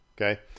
Okay